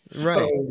Right